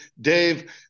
Dave